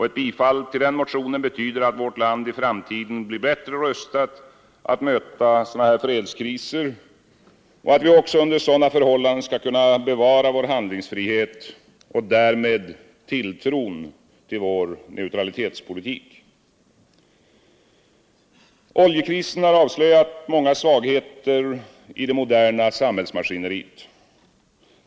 Ett bifall till motionen betyder att vårt land i framtiden blir bättre rustat att möta sådana här fredskriser och att vi också under sådana förhållanden skall kunna bevara vår handlingsfrihet och därmed tilltron till vår neutralitetspolitik. Oljekrisen har avslöjat många svagheter i det moderna samhällsmaskineriet.